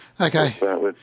Okay